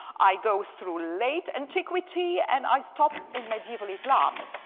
i go through late antiquity and i stop in medieval islam.